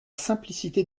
simplicité